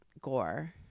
gore